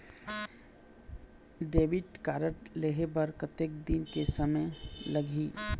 Debit card लेहे बर कतेक दिन के समय लगही?